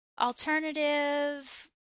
Alternative